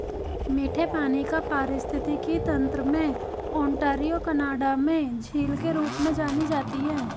मीठे पानी का पारिस्थितिकी तंत्र में ओंटारियो कनाडा में झील के रूप में जानी जाती है